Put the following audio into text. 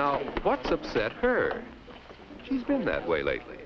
right now what's upset her she's been that way lately